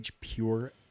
Pure